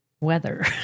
weather